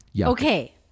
Okay